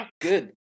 good